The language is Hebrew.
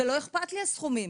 ולא אכפת לי הסכומים.